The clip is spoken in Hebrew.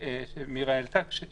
שמירה העלתה כאן,